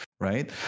right